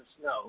snow